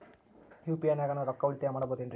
UPI ನಾಗ ನಾನು ರೊಕ್ಕ ಉಳಿತಾಯ ಮಾಡಬಹುದೇನ್ರಿ?